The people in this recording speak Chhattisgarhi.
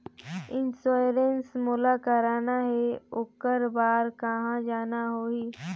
इंश्योरेंस मोला कराना हे ओकर बार कहा जाना होही?